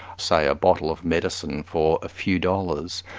say a bottle of medicine for a few dollars,